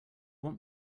want